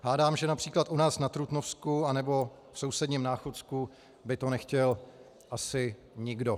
Hádám, že například u nás na Trutnovsku nebo v sousedním Náchodsku by to nechtěl asi nikdo.